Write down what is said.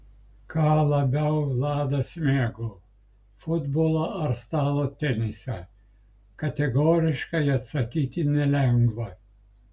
ką labiau vladas mėgo futbolą ar stalo tenisą kategoriškai atsakyti nelengva